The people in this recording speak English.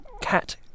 cat